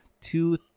two